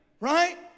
Right